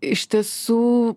iš tiesų